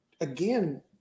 again